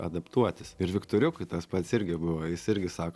adaptuotis ir viktoriukui tas pats irgi buvo jis irgi sako